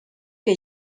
que